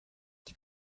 die